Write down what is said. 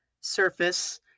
surface